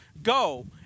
Go